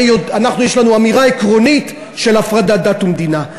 יש לי אמירה עקרונית של הפרדת דת ומדינה,